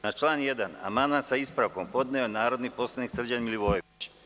Na član 1. amandman, sa ispravkom, podneo je narodni poslanik Srđan Milivojević.